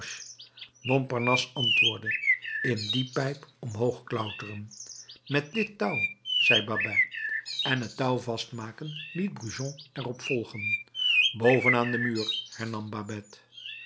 montparnasse antwoordde in die pijp omhoog klauteren met dit touw zei babet en het touw vastmaken liet brujon er op volgen boven aan den muur